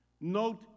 Note